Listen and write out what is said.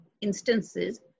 instances